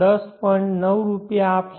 9 રૂપિયા આપશે